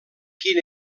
quin